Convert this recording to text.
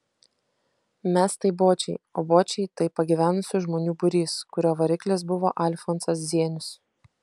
mes tai bočiai o bočiai tai pagyvenusių žmonių būrys kurio variklis buvo alfonsas zienius